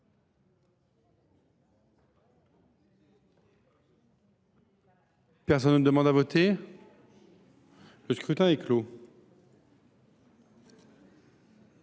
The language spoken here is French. Personne ne demande plus à voter ?… Le scrutin est clos.